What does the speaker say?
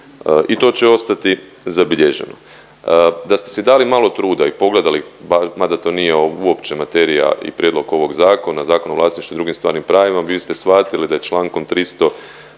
i to će ostati zabilježeno. Da ste si dali malo truda i pogledali, mada to nije uopće materija i prijedlog ovog zakona Zakon o vlasništvu i drugim stvarnim pravima, vi ste svatili da je čl. 356.